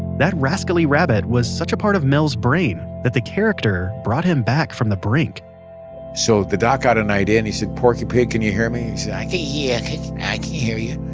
that rascally rabbit was such a part of mel's brain that the character brought him back from the brink so the doc got an idea and he said, porky pig can you hear me? he says, i can yeah hear you.